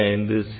5 செ